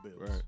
Right